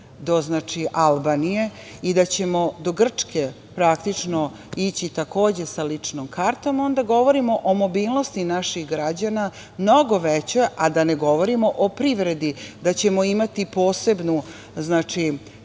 do Albanije i da ćemo do Grčke praktično ići takođe sa ličnom kartom, onda govorimo o mobilnosti naših građana mnogo većoj, a da ne govorimo o privredi da ćemo imati posebnu